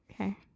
Okay